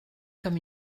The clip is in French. comme